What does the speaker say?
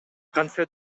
кантсе